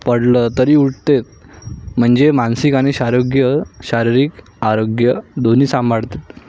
पडलं तरी उठते म्हणजे मानसिक आणि शारग्य शारीरिक आरोग्य दोन्ही सांभाळतं